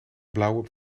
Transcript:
blauwe